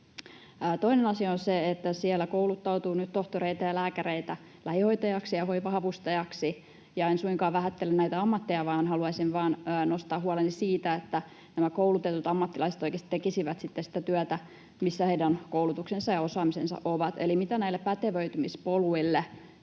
Toinen asia on se, että siellä kouluttautuu nyt tohtoreita ja lääkäreitä lähihoitajiksi ja hoiva-avustajiksi. En suinkaan vähättele näitä ammatteja, vaan haluaisin vain nostaa huoleni siitä, että nämä koulutetut ammattilaiset oikeasti tekisivät sitten sitä työtä, missä heidän koulutuksensa ja osaamisensa ovat. Mitä näille pätevöitymispoluille